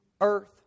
earth